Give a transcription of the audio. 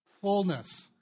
fullness